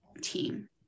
team